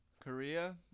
Korea